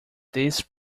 these